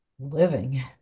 living